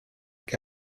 que